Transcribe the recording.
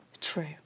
true